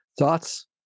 Thoughts